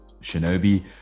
Shinobi